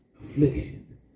affliction